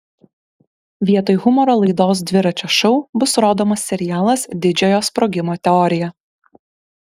vietoj humoro laidos dviračio šou bus rodomas serialas didžiojo sprogimo teorija